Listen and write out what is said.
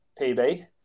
PB+